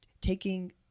taking